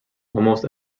almost